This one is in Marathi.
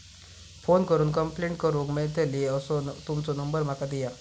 फोन करून कंप्लेंट करूक मेलतली असो तुमचो नंबर माका दिया?